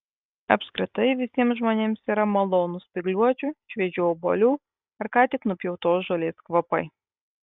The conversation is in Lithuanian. apskritai visiems žmonėms yra malonūs spygliuočių šviežių obuolių ar ką tik nupjautos žolės kvapai